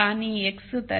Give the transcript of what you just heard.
కానీ X 13